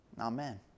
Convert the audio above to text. Amen